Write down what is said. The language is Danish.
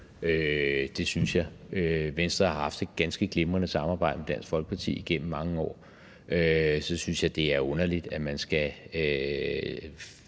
spørgsmål. Venstre har haft et ganske glimrende samarbejde med Dansk Folkeparti i mange år. Jeg synes, det er underligt, at man skal